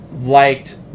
liked